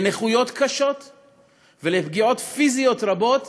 לנכויות קשות ולפגיעות פיזיות רבות